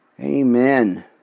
Amen